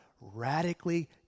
radically